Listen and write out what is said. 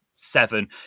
Seven